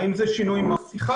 האם זה שינוי מהותי?